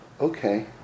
okay